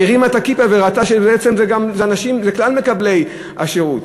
היא הרימה את הכיפה וראתה שבעצם זה כלל מקבלי השירות.